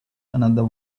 another